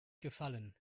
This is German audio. gefallen